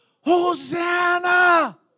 Hosanna